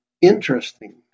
interesting